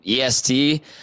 EST